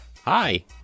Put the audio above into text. Hi